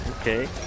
Okay